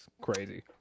crazy